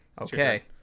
Okay